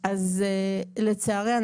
לצערי,